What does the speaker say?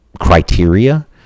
criteria